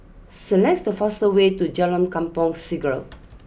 select the fastest way to Jalan Kampong Siglap